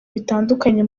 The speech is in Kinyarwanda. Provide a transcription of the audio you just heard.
bitandukanye